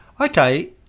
Okay